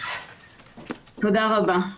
תודה רבה.